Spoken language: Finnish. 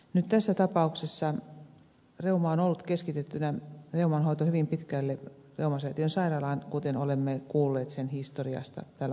nyt tässä tapauksessa reumanhoito on ollut hyvin pitkälle keskitettynä reumasäätiön sairaalaan kuten olemme kuulleet sen historiasta täällä aikaisemmin